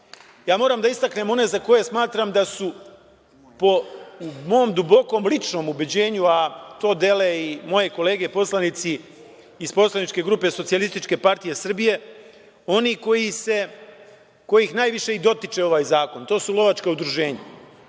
Ja moram da istaknem one za koje smatram da su po mom dubokom ličnom ubeđenju, a to dele i moje kolege poslanici iz poslaničke grupe SPS, oni koje najviše i dotiče ovaj zakon, to su lovačka udruženja,